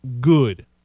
good